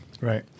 right